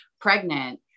pregnant